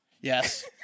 Yes